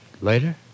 later